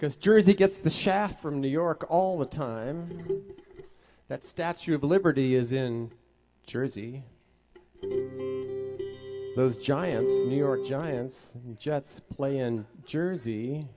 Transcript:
because jersey gets the shaft from new york all the time that statue of liberty is in jersey those giant new york giants and jets play and jersey